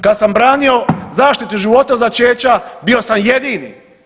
Kad sam branio zaštitu života od začeća bio sam jedini.